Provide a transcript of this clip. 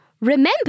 Remember